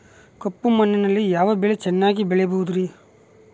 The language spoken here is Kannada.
ಕಪ್ಪು ಮಣ್ಣಿನಲ್ಲಿ ಯಾವ ಬೆಳೆ ಚೆನ್ನಾಗಿ ಬೆಳೆಯಬಹುದ್ರಿ?